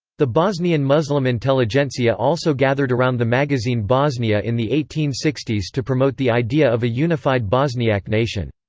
the bosnian muslim intelligentsia also gathered around the magazine bosnia in the eighteen sixty s to promote the idea of a unified bosniak nation.